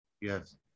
Yes